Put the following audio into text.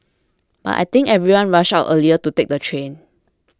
but I think everyone rushed out earlier to take the train